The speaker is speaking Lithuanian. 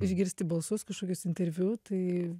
išgirsti balsus kažkokius interviu tai